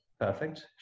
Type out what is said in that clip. perfect